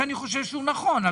שאני חושב שהוא נכון,